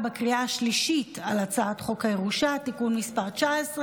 להצבעה בקריאה השלישית על הצעת חוק הירושה (תיקון מס' 19),